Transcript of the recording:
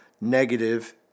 negative